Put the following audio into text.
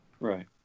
Right